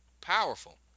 powerful